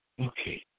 Okay